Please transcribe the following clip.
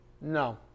No